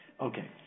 Okay